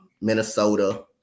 Minnesota